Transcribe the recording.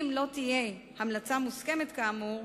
אם לא תהיה המלצה מוסכמת כאמור,